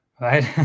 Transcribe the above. right